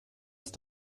ist